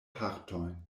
partojn